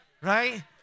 right